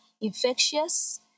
infectious